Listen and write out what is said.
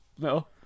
No